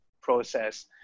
process